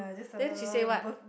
then she say what